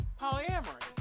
polyamory